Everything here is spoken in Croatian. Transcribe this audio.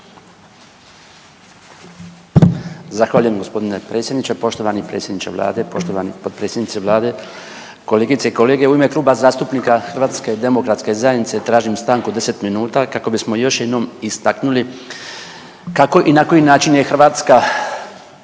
Zahvaljujem g. predsjedniče. Poštovani predsjedniče vlade, poštovani potpredsjednici vlade, kolegice i kolege. U ime Kluba zastupnika HDZ-a tražim stanku od 10 minuta kako bismo još jednom istaknuli kako i na koji način je Hrvatska